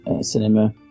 cinema